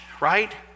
right